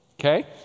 Okay